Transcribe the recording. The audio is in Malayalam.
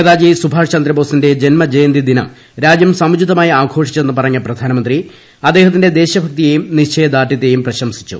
നേതാജി സുഭാഷ് ചന്ദ്രബോസിന്റെ ജന്മജയന്തി ദിനം രാജ്യാ സമുചിതമായി ആഘോഷിച്ചെന്ന് പറഞ്ഞ പ്രധാനമന്ത്രി അദ്ദേഹത്തിന്റെ ദേശഭക്തിയേയും നിശ്ചയദാർഢ്യത്തെയും പ്രശംസിച്ചു